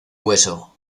hueso